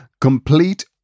complete